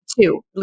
Two